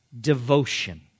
devotion